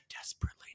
desperately